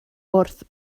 wrth